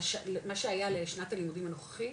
מה שהיה לשנת הלימודים הנוכחית,